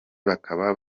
bakaba